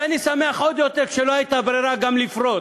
ואני שמח עוד יותר שלא הייתה ברירה גם לפרוץ.